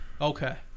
Okay